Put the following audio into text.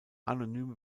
anonyme